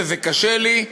וזה קשה לי.